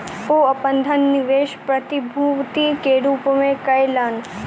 ओ अपन धन निवेश प्रतिभूति के रूप में कयलैन